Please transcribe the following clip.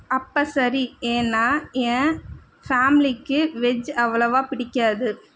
அப்போ சரி ஏன்னால் என் ஃபேமிலிக்கு வெஜ் அவ்வளவாக பிடிக்காது